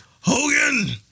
Hogan